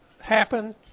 happen